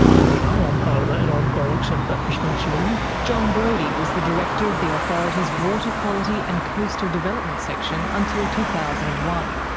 and, you know, i'm um part of that, um i'll accept that responsibility. jon brodie was the director of the authority's water quality and coastal development section until two thousand and one,